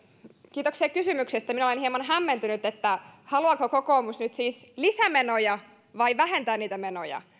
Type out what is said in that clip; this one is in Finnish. kiitoksia kysymyksestä minä olen hieman hämmentynyt haluaako kokoomus nyt siis lisämenoja vai vähentää niitä menoja